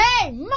Hey